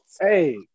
Hey